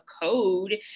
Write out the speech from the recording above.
code